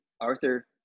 Arthur